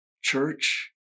Church